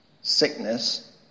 sickness